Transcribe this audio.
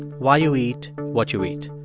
why you eat what you eat.